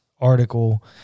article